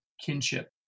kinship